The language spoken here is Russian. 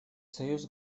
союз